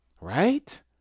Right